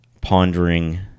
pondering